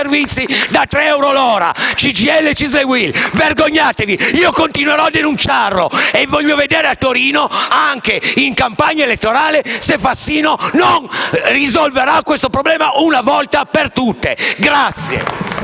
da tre euro l'ora. CGIL, CISL e UIL, vergognatevi! Continuerò a denunciarlo, e voglio vedere a Torino, anche in campagna elettorale, se Fassino risolverà questo problema una volta per tutte.